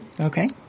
Okay